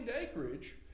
acreage